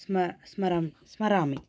स्मरामि